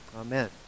Amen